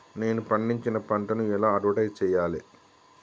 నేను పండించిన పంటను ఎలా అడ్వటైస్ చెయ్యాలే?